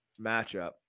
matchup